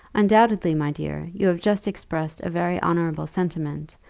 undoubtedly, my dear, you have just expressed a very honourable sentiment,